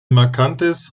markantes